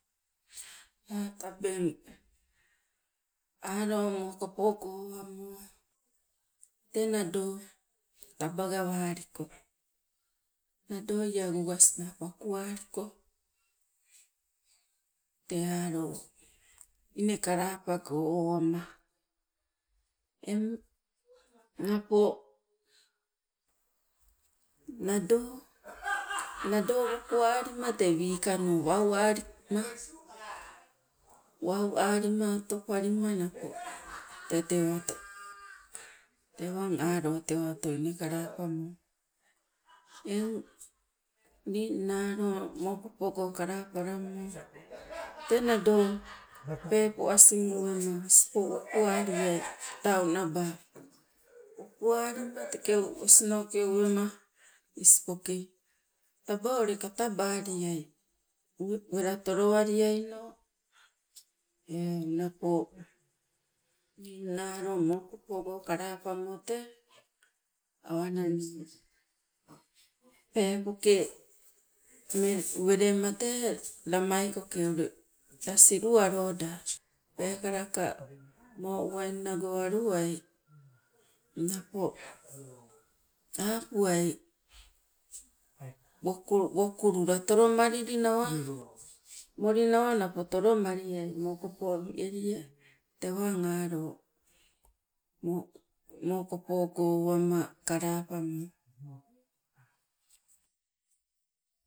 Tabeng alo mokopogo owamo tee nado taba gawaliko, nado iagugas naa pakuwaliko tee alo inne kalapago owama. Eng napo nado nado wokuwalima te wikano wau aliko, wau alima otopalima napo tewang alo inne kalapamo. eng ningna alo mopokogo kalapalammo tee nado peepo asing uwema woku waliai kitau naba wokuwalima teke osinoke uwema taba ule katabaliai wela tolowaliaino eu, napo ningna alo mopokogo kalapamo tee awanining peepoke me- welema tee lamaikoke ule la siluwaloda peekala ka mo uwaingnago aluwai, napo apuwai wokulula tolomalilinawa moli nawa napo tolo maliai mokopo wielia. Tewang alo mokopogo owama kalapamo.